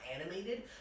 animated